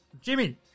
Jimmy